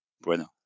Bueno